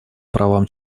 правам